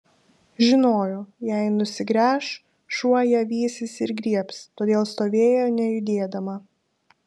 žinojo jei nusigręš šuo ją vysis ir griebs todėl stovėjo nejudėdama